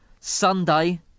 Sunday